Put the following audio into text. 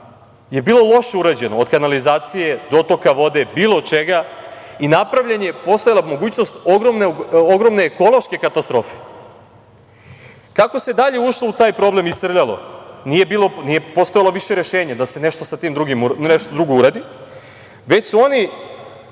je bilo loše urađeno, od kanalizacije, dotoka vode, bilo čega. Postojala je mogućnost ogromne ekološke katastrofe. Kako se dalje ušlo u taj problem i srljalo nije postojalo više rešenje da se nešto sa tim drugo uradi, već su oni